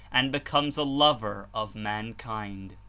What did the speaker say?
and becomes a lover of mankind.